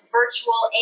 virtual